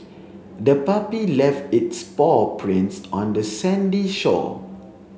the puppy left its paw prints on the sandy shore